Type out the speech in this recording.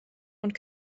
und